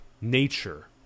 nature